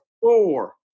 Four